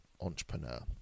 entrepreneur